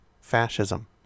Fascism